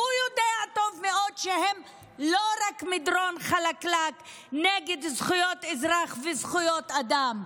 הוא יודע טוב מאוד שהן לא רק מדרון חלקלק נגד זכויות אזרח וזכויות אדם,